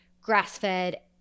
grass-fed